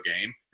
game